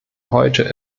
heute